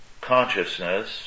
Consciousness